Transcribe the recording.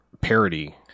parody